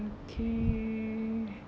okay